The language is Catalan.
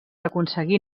aconseguir